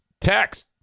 text